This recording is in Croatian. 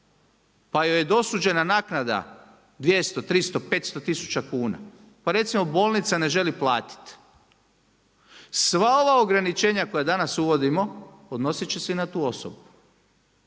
pa joj je dosuđena naknada 200, 300, 500 tisuća kuna. Pa recimo bolnica ne želi platiti? Sva ova ograničenja koja danas uvodimo odnosit će se i na tu osobu.